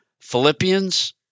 Philippians